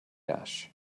ash